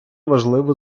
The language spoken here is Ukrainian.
важливо